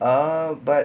ah but